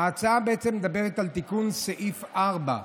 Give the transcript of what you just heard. ההצעה בעצם מדברת על תיקון סעיף 4: